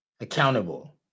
accountable